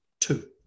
two